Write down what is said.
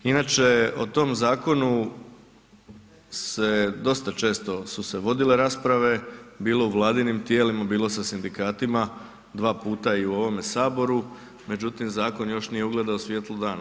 Inače o tom zakonu se, dosta često su se vodile rasprave, bilo u vladinim tijelima, bilo sa sindikatima, dva puta i u ovome saboru, međutim zakon još nije ugledao svijetlo dana.